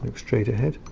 and straight ahead